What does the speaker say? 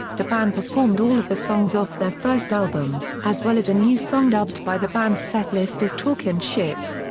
the band performed all of the songs off their first album, as well as a new song dubbed by the bands setlist as talkin' shit.